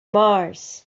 mars